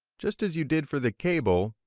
just as you did for the cable,